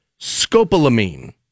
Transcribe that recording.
scopolamine